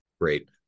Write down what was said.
Great